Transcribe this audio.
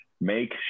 Make